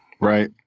Right